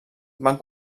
van